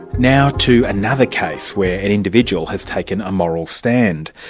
now to another case where an individual has taken a moral stand.